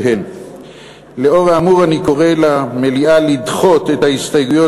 לאור האמור אני קורא למליאה לדחות את ההסתייגויות